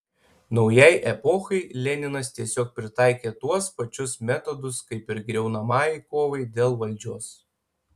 naujai epochai leninas tiesiog pritaikė tuos pačius metodus kaip ir griaunamajai kovai dėl valdžios